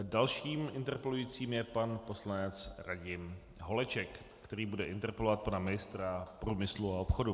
Dalším interpelujícím je pan poslanec Radim Holeček, který bude interpelovat pan ministra průmyslu a obchodu.